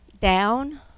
down